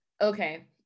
okay